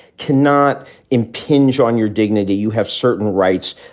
cannot impinge on your dignity. you have certain rights,